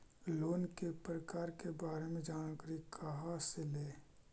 Loan के प्रकार के बारे मे जानकारी कहा से ले?